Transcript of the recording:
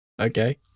Okay